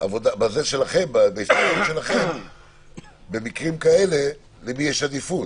בזה שלכם, במקרים כאלה, למי יש עדיפות.